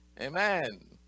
Amen